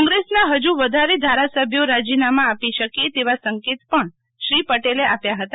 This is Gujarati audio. કોંગ્રેસના ફજુ વધારે ધારાસભ્યો રાજીનામાં આપી શકે તેવા સંકેત પણ શ્રી પટેલે આપ્યા હતા